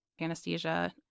anesthesia